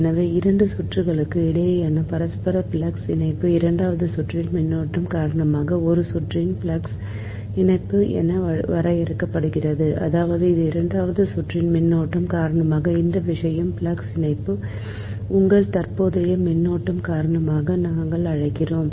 எனவே 2 சுற்றுகளுக்கு இடையேயான பரஸ்பர ஃப்ளக்ஸ் இணைப்பு இரண்டாவது சுற்றில் மின்னோட்டம் காரணமாக ஒரு சுற்றின் ஃப்ளக்ஸ் இணைப்பு என வரையறுக்கப்படுகிறது அதாவது இது இரண்டாவது சுற்றின் மின்னோட்டம் காரணமாக இந்த விஷயம் ஃப்ளக்ஸ் இணைப்பு உங்கள் தற்போதைய மின்னோட்டம் காரணமாக நாங்கள் அழைக்கிறோம்